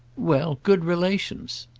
well, good relations!